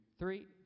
Three